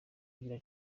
kugira